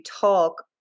talk